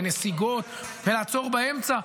נסיגות ולעצור באמצע.